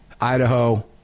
Idaho